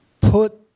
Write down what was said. put